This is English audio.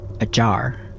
ajar